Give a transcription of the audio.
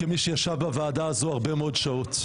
כמי שישב בוועדה הזאת הרבה מאוד שעות.